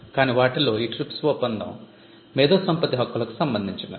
కాని వాటిలో ఈ ట్రిప్స్ ఒప్పందం మేధోసంపత్తి హక్కులకు సంబందించినది